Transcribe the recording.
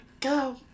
Go